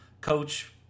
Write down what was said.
coach